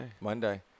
Monday